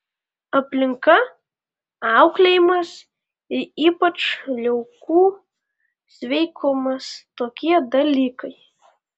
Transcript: aplinka auklėjimas ir ypač liaukų sveikumas tokie dalykai